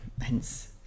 hence